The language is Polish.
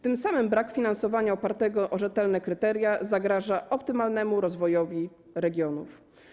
Tym samym brak finansowania opartego na rzetelnych kryteriach zagraża optymalnemu rozwojowi regionów.